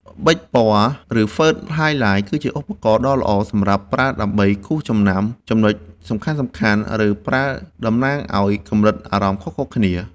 ប៊ិចពណ៌ ឬហ្វឺតហាយឡាយ គឺជាឧបករណ៍ដ៏ល្អសម្រាប់ប្រើដើម្បីគូសចំណាំចំណុចសំខាន់ៗ ឬប្រើតំណាងឱ្យកម្រិតអារម្មណ៍ខុសៗគ្នា។